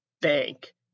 bank